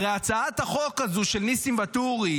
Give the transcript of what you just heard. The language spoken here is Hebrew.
הרי הצעת החוק הזאת של ניסים ואטורי,